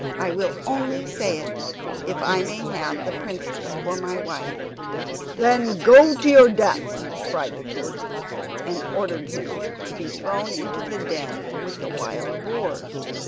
i will only say it if i may have the princess for my wife then go to your death cried the king and ordered him to be thrown into the den with the wild boars.